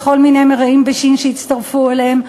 וכל מיני מרעין בישין שהצטרפו אליהם,